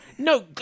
No